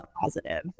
positive